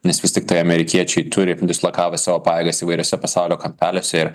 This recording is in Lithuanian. nes vis tiktai amerikiečiai turi dislokavę savo pajėgas įvairiose pasaulio kampeliuose ir